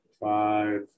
five